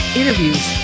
interviews